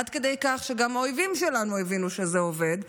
עד כדי כך שגם האויבים שלנו הבינו שזה עובד,